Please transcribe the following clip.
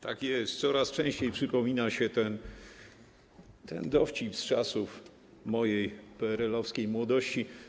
Tak jest, coraz częściej przypomina się ten dowcip z czasów mojej PRL-owskiej młodości: